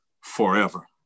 forever